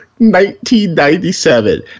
1997